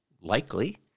likely